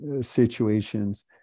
situations